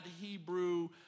Hebrew